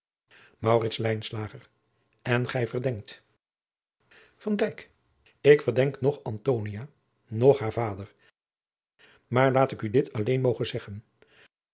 en gij verdenkt van dijk ik verdenk noch antonia noch haar vader maar laat ik u dit alleen mogen zeggen